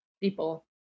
people